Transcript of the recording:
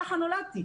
ככה נולדתי.